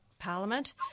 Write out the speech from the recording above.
Parliament